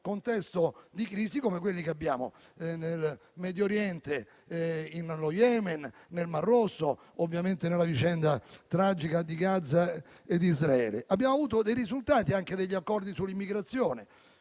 contesto di crisi, come quelli che abbiamo nel Medio Oriente, nello Yemen, nel mar Rosso e ovviamente nella vicenda tragica di Gaza ed Israele. Abbiamo avuto dei risultati, anche negli accordi sull'immigrazione,